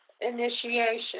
initiation